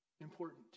important